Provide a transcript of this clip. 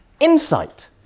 insight